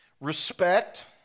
respect